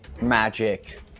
magic